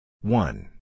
One